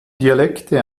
dialekte